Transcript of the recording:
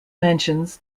mentions